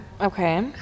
okay